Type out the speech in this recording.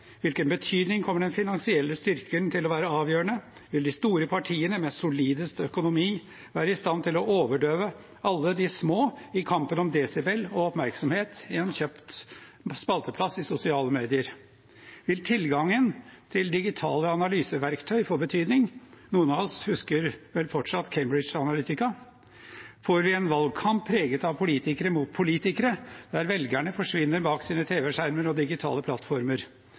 hvilken grad kommer den finansielle styrken til å være avgjørende – vil de store partiene med solidest økonomi være i stand til å overdøve alle de små i kampen om desibel og oppmerksomhet, gjennom kjøpt spalteplass i sosiale medier? Vil tilgangen til digitale analyseverktøy få betydning? Noen av oss husker vel fortsatt Cambridge Analytica. Får vi en valgkamp preget av politikere mot politikere, der velgerne forsvinner bak sine tv-skjermer og digitale plattformer?